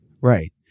Right